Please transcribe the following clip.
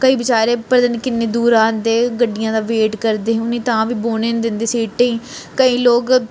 केईं बेचारे पता नी किन्ने दूरा आंदे गड्डियें दा वेट करदे उ'नेंगी तां बी बौह्ने नी दिंदे सीटें गी केईं लोक